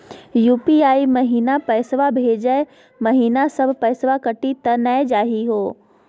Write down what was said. UPI महिना पैसवा भेजै महिना सब पैसवा कटी त नै जाही हो?